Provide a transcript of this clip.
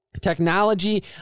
technology